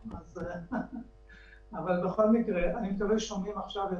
אבל ברגע שהתחיל המשבר בנושא של הביטוח הלאומי היה עם תוקף מסוים,